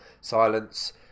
silence